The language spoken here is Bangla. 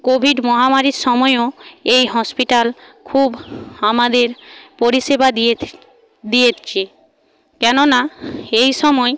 কোভিড মহামারীর সময়ও এই হসপিটাল খুব আমাদের পরিষেবা দিয়ের দিয়েছে কেননা এই সময়